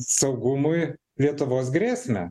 saugumui lietuvos grėsmę